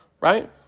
Right